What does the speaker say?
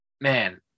man